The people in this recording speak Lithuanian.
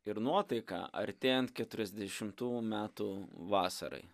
ir nuotaika artėjant keturiasdešimtųjų metų vasarai